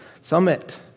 Summit